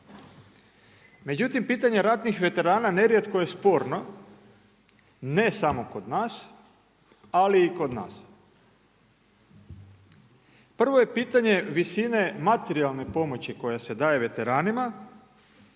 Međutim, pitanje ratnih veterana nerijetko je sporno ne samo kod nas, ali i kod nas. Prvo je pitanje visine materijalne pomoći koja se daje veteranima